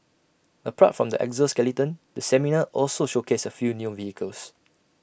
apart from the exoskeleton the seminar also showcased A few new vehicles